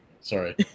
Sorry